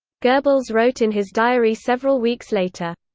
goebbels wrote in his diary several weeks later.